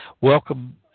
Welcome